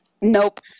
Nope